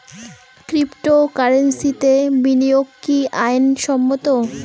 ক্রিপ্টোকারেন্সিতে বিনিয়োগ কি আইন সম্মত?